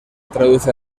traduce